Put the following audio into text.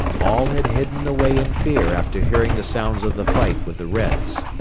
all had hidden away in fear after hearing the sounds of the fight with the reds.